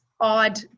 odd